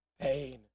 pain